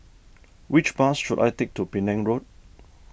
which bus should I take to Penang Road